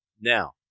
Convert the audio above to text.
now